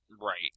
Right